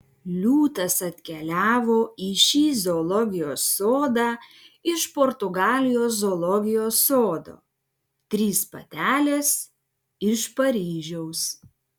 liūtas atkeliavo į šį zoologijos sodą iš portugalijos zoologijos sodo trys patelės iš paryžiaus